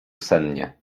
sennie